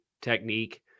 technique